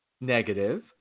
negative